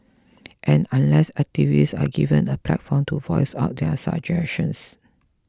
and unless activists are given a platform to voice out their suggestions